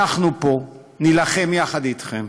אנחנו פה נילחם יחד אתכם.